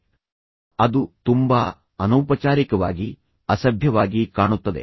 ಯಾರು ಅದನ್ನು ಪ್ರತಿನಿಧಿಸುತ್ತಿದ್ದಾರೆ ಅದು ತುಂಬಾ ಅನೌಪಚಾರಿಕವಾಗಿ ಕಾಣುತ್ತದೆ ಮತ್ತು ಅದರೊಂದಿಗೆ ಪ್ರಾರಂಭಿಸಲು ಸಹ ಅಸಭ್ಯವಾಗಿ ಕಾಣುತ್ತದೆ